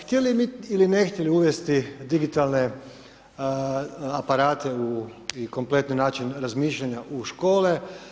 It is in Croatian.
Htjeli mi ili ne htjeli uvesti digitalne aparate i kompletni način razmišljanja u škole.